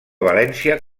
valència